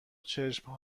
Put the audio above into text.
چشم